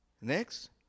Next